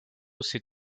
s’est